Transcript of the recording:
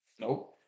Nope